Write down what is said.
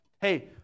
hey